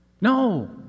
No